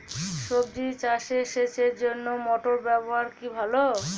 সবজি চাষে সেচের জন্য মোটর ব্যবহার কি ভালো?